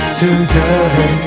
today